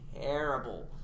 terrible